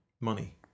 money